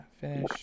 finish